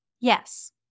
Yes